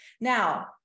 Now